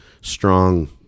strong